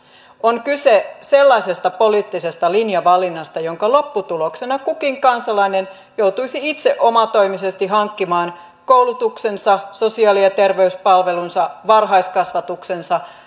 on kyse sellaisesta poliittisesta linjavalinnasta jonka lopputuloksena kukin kansalainen joutuisi itse omatoimisesti hankkimaan koulutuksensa sosiaali ja terveyspalvelunsa varhaiskasvatuksensa